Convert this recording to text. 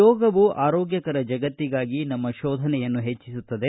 ಯೋಗವು ಆರೋಗ್ಯಕರ ಜಗತ್ತಿಗಾಗಿ ನಮ್ಮ ಶೋಧನೆಯನ್ನು ಪೆಚ್ಚಿಸುತ್ತದೆ